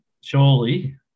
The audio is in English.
surely